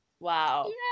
Wow